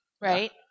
Right